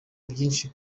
byinshi